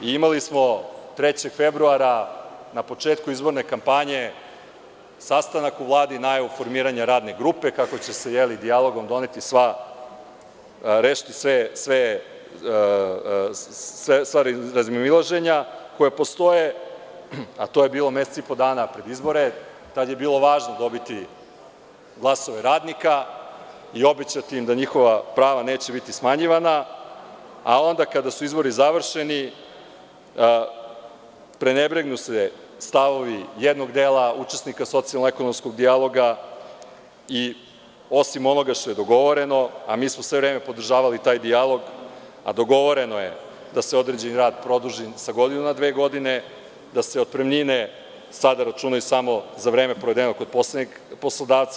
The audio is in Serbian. Imali smo 3. februara na početku izborne kampanje sastanak u Vladi najavu formiranja radne grupe kako će se dijalogom rešiti sve stvari razmimoilaženja koje postoje, a to je bilo mesec i po dana pred izbore, tada je bilo važno dobiti glasove radnika i obećati im da njihova prava neće biti smanjivana, onda kada su izbori završeni, prenebregnu se stavovi jednog dela učesnika socijalno-ekonomskog dijaloga, osim onoga što je dogovoreno, a mi smo sve vreme podržavali taj dijalog, a dogovoreno je da se određeni rad produži sa godinu na dve godine, da se otpremnine sada računaju samo za vreme provedeno kod poslodavca.